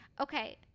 Okay